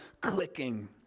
clicking